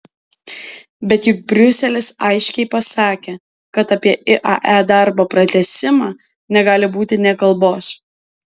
bet juk briuselis aiškiai pasakė kad apie iae darbo pratęsimą negali būti nė kalbos